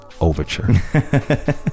overture